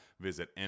Visit